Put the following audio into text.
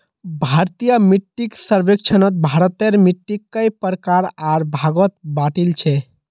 भारतीय मिट्टीक सर्वेक्षणत भारतेर मिट्टिक कई प्रकार आर भागत बांटील छे